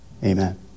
Amen